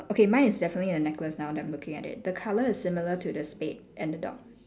okay mine is definitely a necklace now that I'm looking at it the colour is similar to the spade and the dog